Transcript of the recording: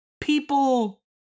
people